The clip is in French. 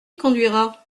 conduira